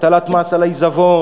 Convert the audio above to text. הטלת מס על עיזבון.